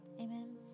Amen